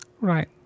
Right